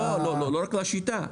לא רק לשיטה.